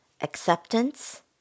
Acceptance